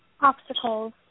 obstacles